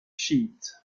chiites